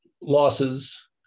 losses